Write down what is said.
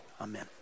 Amen